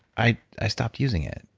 i i stopped using it.